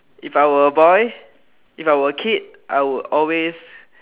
if I were a boy if I were a kid I would always